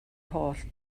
holl